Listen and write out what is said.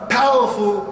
powerful